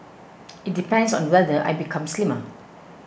it depends on whether I become slimmer